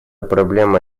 проблема